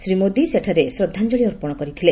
ଶ୍ରୀ ମୋଦୀ ସେଠାରେ ଶ୍ରଦ୍ଧାଞ୍ଜଳୀ ଅର୍ପଣ କରିଥିଲେ